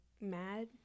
mad